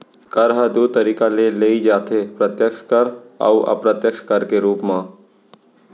कर ह दू तरीका ले लेय जाथे प्रत्यक्छ कर अउ अप्रत्यक्छ कर के रूप म